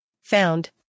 found